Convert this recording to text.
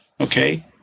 Okay